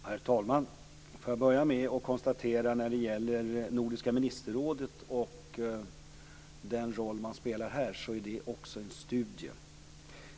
Herr talman! Får jag börja med att konstatera att den roll Nordiska ministerrådet spelar i detta sammanhang också gäller en studie.